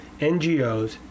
NGOs